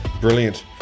Brilliant